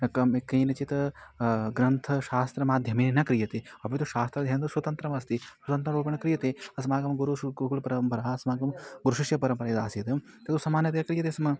एकं केनचित् ग्रन्थशास्त्रमाध्यमेन क्रियते अपि तु शास्त्राध्ययनं स्वतन्त्रमस्ति स्वतन्त्ररूपेण क्रियते अस्माकं गुरुः शुकु कुल परम्परा अस्माकं गुरुशिष्यपरम्परा यदासीत् तद् समानतया क्रियते स्म